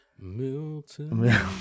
Milton